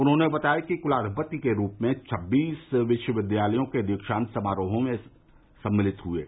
उन्होंने बताया कि कुलाधिपति के रूप में छब्बीस विश्वविद्यालयों के दीक्षांत समारोहों में सम्मिलित हुए हैं